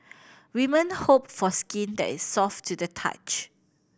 women hope for skin that is soft to the touch